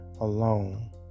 alone